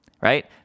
right